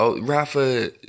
Rafa